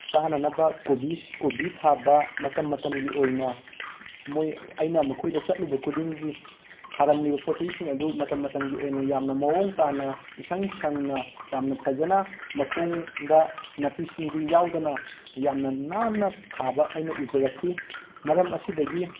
ꯆꯥꯅꯅꯕ ꯀꯣꯕꯤꯁ ꯀꯣꯕꯤ ꯊꯥꯕ ꯃꯇꯝ ꯃꯇꯝꯒꯤ ꯑꯣꯏꯅ ꯃꯣꯏ ꯑꯩꯅ ꯃꯈꯣꯏꯗ ꯆꯠꯂꯨꯕ ꯈꯨꯗꯤꯡꯒꯤ ꯊꯥꯔꯝꯂꯤꯕ ꯄꯣꯠ ꯆꯩꯁꯤꯡ ꯑꯗꯨ ꯃꯇꯝ ꯃꯇꯝꯒꯤ ꯑꯣꯏꯅ ꯌꯥꯝꯅ ꯃꯑꯣꯡ ꯇꯥꯅ ꯏꯁꯪ ꯁꯪꯅ ꯌꯥꯝꯅ ꯐꯖꯟꯅ ꯃꯈꯣꯡꯗ ꯅꯥꯄꯤ ꯁꯤꯡꯕꯤ ꯌꯥꯎꯗꯅ ꯌꯥꯝꯅ ꯅꯥꯟꯅ ꯊꯥꯕ ꯑꯩꯅ ꯎꯖꯔꯛꯈꯤ ꯃꯔꯝ ꯑꯁꯤꯗꯒꯤ